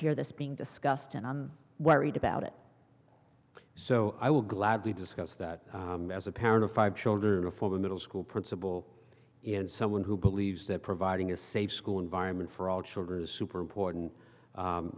hear this being discussed and i'm worried about it so i will gladly discuss that as a parent of five children and for the middle school principal and someone who believes that providing a safe school environment for all children is super important